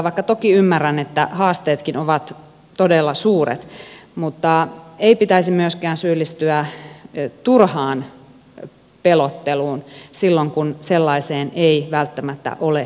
vaikka toki ymmärrän että haasteetkin ovat todella suuret ei pitäisi myöskään syyllistyä turhaan pelotteluun silloin kun sellaiseen ei välttämättä ole aihetta